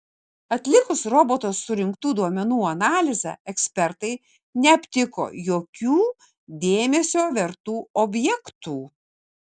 atlikus roboto surinktų duomenų analizę ekspertai neaptiko jokių dėmesio vertų objektų